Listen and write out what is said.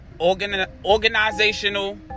organizational